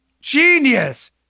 Genius